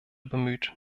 bemüht